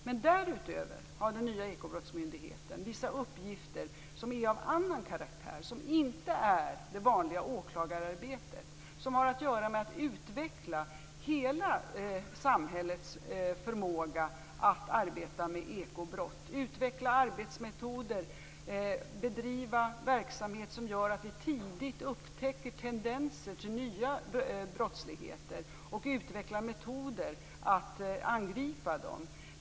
Men därutöver har den nya Ekobrottsmyndigheten vissa uppgifter som är av annan karaktär och inte det vanliga åklagararbetet, sådant som har att göra med att utveckla hela samhällets förmåga att arbeta med ekobrott, utveckla arbetsmetoder, bedriva verksamhet som gör att vi tidigt upptäcker tendenser till ny brottslighet och utveckla metoder att angripa dem.